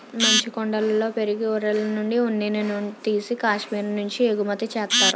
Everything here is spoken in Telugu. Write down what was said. మంచుకొండలలో పెరిగే గొర్రెలనుండి ఉన్నిని తీసి కాశ్మీరు నుంచి ఎగుమతి చేత్తారు